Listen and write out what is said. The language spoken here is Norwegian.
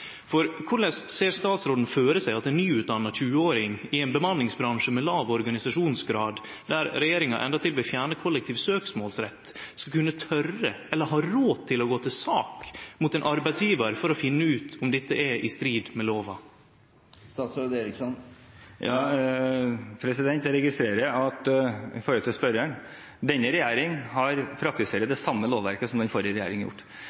Korleis ser statsråden føre seg at ein nyutdanna 20-åring i ein bemanningsbransje med låg organisasjonsgrad, der regjeringa endatil vil fjerne kollektiv søksmålsrett, skal kunne tore eller ha råd til å gå til sak mot ein arbeidsgjevar for å finne ut om dette er i strid med lova?